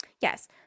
Yes